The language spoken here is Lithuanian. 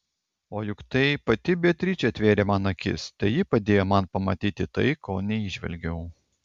o juk tai pati beatričė atvėrė man akis tai ji padėjo man pamatyti tai ko neįžvelgiau